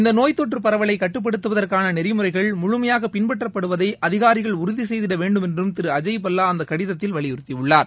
இந்தநோய் தொற்றப் பரவலைகட்டுப்படுத்துவதற்கானநெறிமுறைகள் முழுமையாகபின்பற்றப்படுவதைஅதிகாரிகள் உறுதிசெய்திடவேண்டுமென்றும் திருஅஜய்பல்லாஅந்தகடிதத்தில் வலியுறுத்தியுள்ளார்